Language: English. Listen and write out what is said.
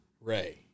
Ray